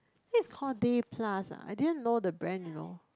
this is called Day Plus ah I didn't know the brand you know